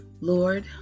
Lord